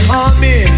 army